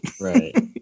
right